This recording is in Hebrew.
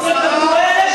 שר זה אותו דבר,